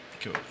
Cool